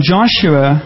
Joshua